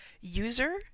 user